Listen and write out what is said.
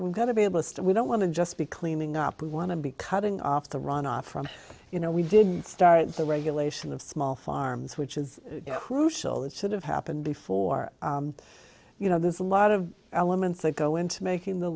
we've got to be able to we don't want to just be cleaning up we want to be cutting off the runoff from you know we did start the regulation of small farms which is crucial it should have happened before you know there's a lot of elements that go into making the